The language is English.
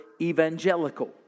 evangelical